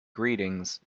greetings